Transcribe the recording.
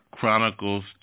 Chronicles